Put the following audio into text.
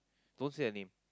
don't say her name